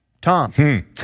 Tom